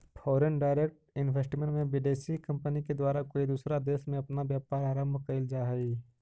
foreign direct investment में विदेशी company के द्वारा कोई दूसरा देश में अपना व्यापार आरंभ कईल जा हई